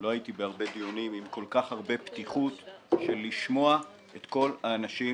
לא הייתי בהרבה דיונים עם כל כך הרבה פתיחות של לשמוע את כל האנשים,